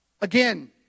Again